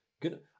good